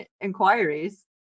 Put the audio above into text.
Inquiries